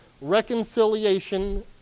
reconciliation